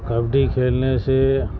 کبڈی کھیلنے سے